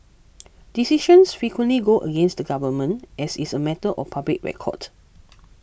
decisions frequently go against the government as is a matter of public record